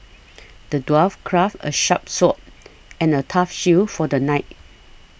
the dwarf crafted a sharp sword and a tough shield for the knight